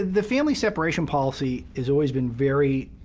the family separation policy has always been very,